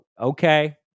Okay